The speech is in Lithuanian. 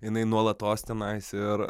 jinai nuolatos tenais ir